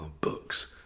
books